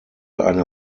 eine